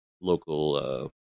local